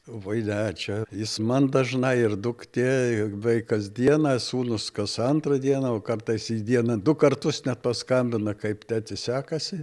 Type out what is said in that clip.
voi ne čia jis man dažnai ir duktė vaikas dieną sūnus kas antrą dieną o kartais į dieną du kartus net paskambina kaip teti sekasi